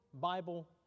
Bible